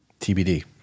TBD